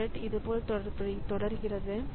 இந்த த்ரெட் இதுபோல் தொடர்கிறது